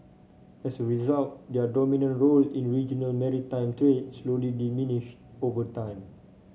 as a result their dominant role in regional maritime trades slowly diminished over time